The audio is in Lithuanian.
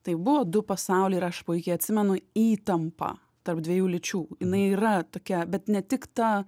tai buvo du pasauliai ir aš puikiai atsimenu įtampą tarp dviejų lyčių jinai yra tokia bet ne tik ta